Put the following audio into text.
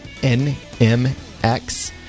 NMX